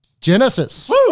Genesis